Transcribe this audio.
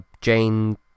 Jane